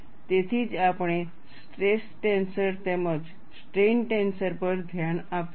તેથી જ આપણે સ્ટ્રેસ ટેન્સર તેમજ સ્ટ્રેઈન ટેન્સર પર ધ્યાન આપ્યું છે